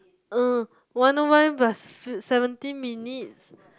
uh one O one plus seventeen minutes